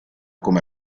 come